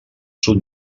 sud